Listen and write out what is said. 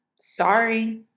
sorry